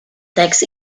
tax